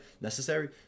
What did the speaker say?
necessary